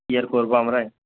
কী আর করবো আমরা